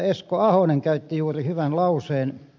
esko ahonen käytti juuri hyvän lauseen